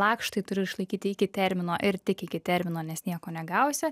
lakštai turi išlaikyti iki termino ir tik iki termino nes nieko negausi